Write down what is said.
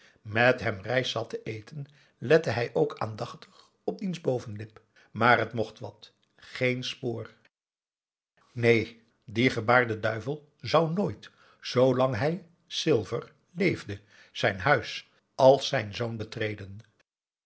met hem rijst zat te eten lette hij ook aandachtig op diens bovenlip maar het mocht wat geen spoor neen die gebaarde duivel zou nooit zoolang hij silver leefde zijn huis als zijn zoon betreden